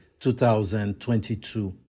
2022